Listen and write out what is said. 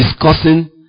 discussing